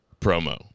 promo